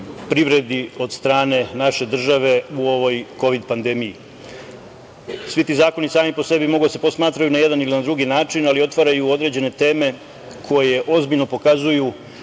privredi, od strane naše države u ovoj Kovid pandemiji. Svi ti zakoni sami po sebi mogu da se posmatraju na jedan i na drugi način, ali otvaraju određene teme koje ozbiljno pokazuju